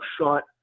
shot